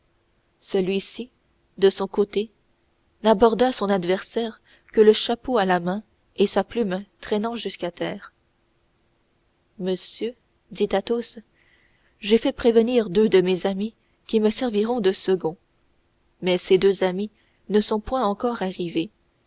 celui-ci de son côté n'aborda son adversaire que le chapeau à la main et sa plume traînant jusqu'à terre monsieur dit athos j'ai fait prévenir deux de mes amis qui me serviront de seconds mais ces deux amis ne sont point encore arrivés